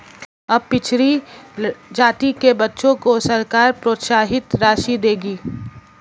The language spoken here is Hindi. अब पिछड़ी जाति के बच्चों को सरकार प्रोत्साहन राशि देगी